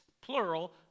plural